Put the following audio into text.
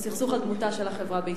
שהוא סכסוך על דמותה של החברה בישראל.